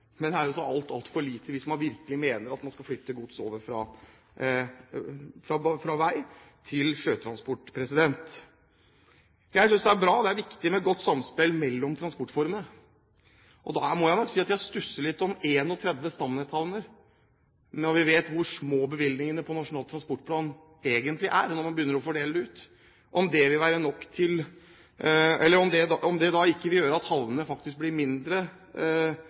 men det er jo så altfor lite hvis man virkelig mener at man skal flytte gods over fra vei- til sjøtransport. Jeg synes det er bra, det er viktig med et godt samspill mellom transportformene. Da må jeg si at jeg stusser litt over om 31 stamnetthavner – når vi vet hvor små bevilgningene til Nasjonal transportplan egentlig er når man begynner å fordele – ikke vil gjøre at havnene faktisk får mindre mulighet til